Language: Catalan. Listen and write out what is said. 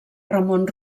ramon